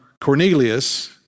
Cornelius